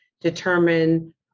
determine